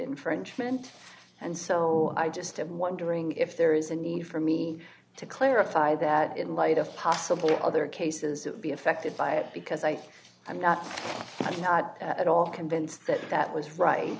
infringement and so i just i'm wondering if there is a need for me to clarify that in light of possible other cases to be affected by it because i think i'm not i'm not at all convinced that that was right